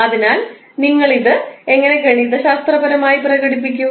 അതിനാൽ നിങ്ങൾ ഇത് എങ്ങനെ ഗണിതശാസ്ത്രപരമായി പ്രകടിപ്പിക്കും